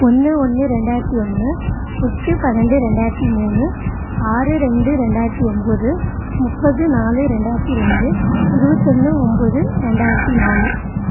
ஒன்று ஒன்று ரெண்டாயிரத்தி ஒன்று எட்டு பன்னெண்டு ரெண்டாயிரத்தி மூணு ஆறு ரெண்டு ரெண்டாயிரத்தி ஒம்பது முப்பது நாலு ரெண்டாயிரத்தி ரெண்டு இருபத்தொன்னு ஒம்பது ரெண்டாயிரத்தி நாலு